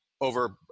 over